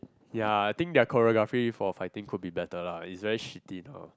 ya I think their choreography for fighting could be batter lah is very shitty though